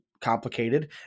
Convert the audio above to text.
complicated